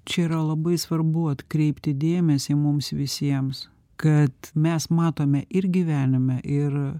čia yra labai svarbu atkreipti dėmesį mums visiems kad mes matome ir gyvenime ir